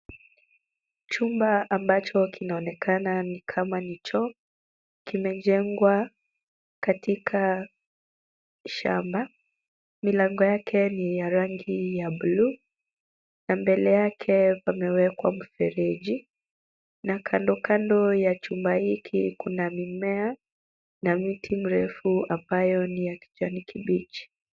Chumba ambacho kinaonekana ni kama ni choo. Kimejengwa katika shamba. Milango yake ni ya rangi ya bluu na mbele yake kumewekwa mfereji na kandokando ya chumba hiki kuna mimea na mti mrefu ambayo ni ya kijani kibichi.